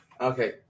Okay